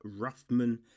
Ruffman